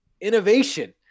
innovation